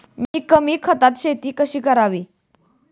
कमी खतात शेती कशी करावी?